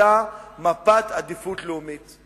סרטטה מפת אזורי עדיפות לאומית.